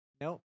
Nope